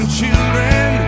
children